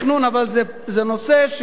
אבל זה נושא שיכון,